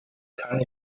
kann